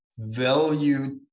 value